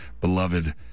beloved